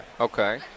Okay